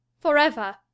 Forever